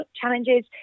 challenges